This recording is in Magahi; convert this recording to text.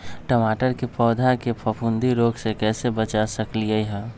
टमाटर के पौधा के फफूंदी रोग से कैसे बचा सकलियै ह?